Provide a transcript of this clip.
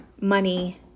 money